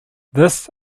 this